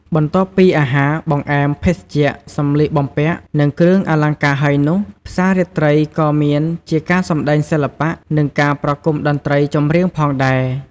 បន្ទាប់ពីអាហារ បង្អែម ភេសជ្ជៈ សម្លៀកបំពាក់ និងគ្រឿងអលង្ការហើយនោះ ផ្សាររាត្រីក៏មានជាការសម្តែងសិល្បៈ និងការប្រគុំតន្ត្រីចម្រៀងផងដែរ។